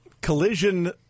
collision